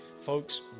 folks